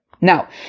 Now